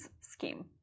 scheme